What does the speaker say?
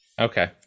okay